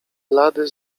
blady